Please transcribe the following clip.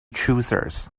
choosers